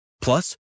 Plus